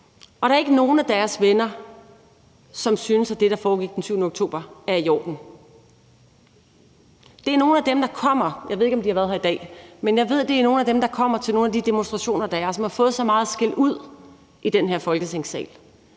og der er ikke nogen af deres venner, som synes, at det, der foregik den 7. oktober, er i orden. Det er nogle af dem, der kommer til nogle af de demonstrationer, der er. Jeg ved ikke, om de har været her i dag,